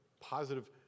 positive